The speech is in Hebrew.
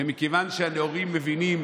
ומכיוון שהנאורים מבינים